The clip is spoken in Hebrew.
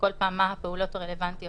כל פעם מה הפעולות הרלוונטיות